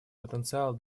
потенциал